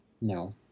No